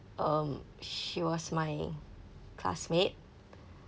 um she was my classmate